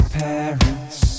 parents